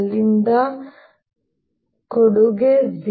ಆದ್ದರಿಂದ ಅಲ್ಲಿಂದ ಕೊಡುಗೆ 0